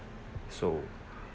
so